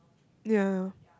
ya